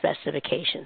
specifications